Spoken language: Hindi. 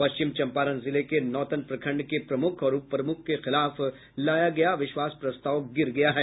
पश्चिमी चंपारण जिले के नौतन प्रखंड के प्रमुख और उप प्रमुख के खिलाफ लाया गया अविश्वास प्रस्ताव गिर गया है